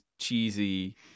cheesy